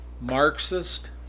Marxist